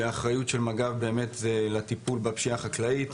שבו האחריות של מג"ב זה הטיפול בפשיעה החקלאית.